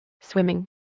swimming